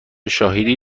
شاهدی